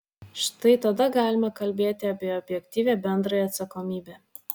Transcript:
štai tada galima kalbėti apie objektyvią bendrąją atsakomybę